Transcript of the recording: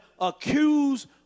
accuse